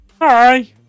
Hi